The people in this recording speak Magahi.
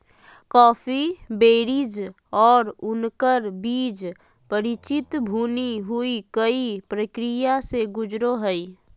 कॉफी बेरीज और उनकर बीज परिचित भुनी हुई कई प्रक्रिया से गुजरो हइ